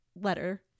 letter